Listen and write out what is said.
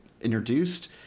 introduced